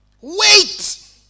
wait